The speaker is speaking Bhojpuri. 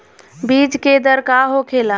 बीज के दर का होखेला?